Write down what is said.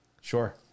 Sure